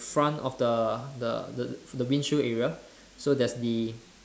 front of the the the windshield area so there's the